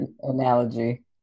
analogy